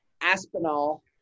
Aspinall